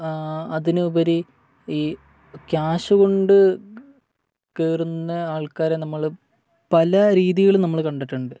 അതിനുപരി ഈ ക്യാഷ് കൊണ്ട് കയറുന്ന ആൾക്കാരെ നമ്മള് പല രീതികളില് നമ്മള് കണ്ടിട്ടുണ്ട്